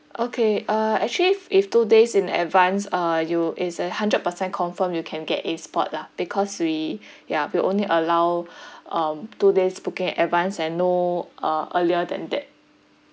okay uh actually f~ if two days in advance uh you is a hundred percent confirm you can get a spot lah because we ya we only allow um two days booking in advance and no uh earlier than that